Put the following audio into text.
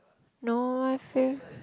no my favourite